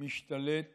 משתלט